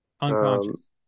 unconscious